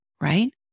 right